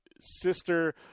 sister